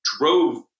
drove